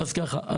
אז ככה,